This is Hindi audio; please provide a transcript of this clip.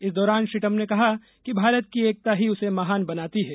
इस दौरान श्री ट्रंप ने कहा कि भारत की एकता ही उसे महान बनाते है